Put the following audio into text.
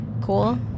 cool